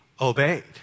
obeyed